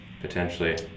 Potentially